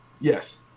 Yes